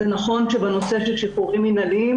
זה נכון שבנושא של שחרורים מינהליים